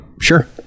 sure